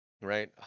right